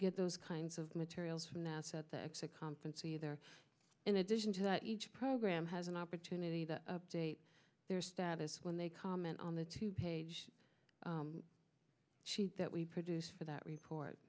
get those kinds of materials from nasa at the exit conference either in addition to that each program has an opportunity that update their status when they comment on the two page sheet that we produced for that report